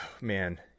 man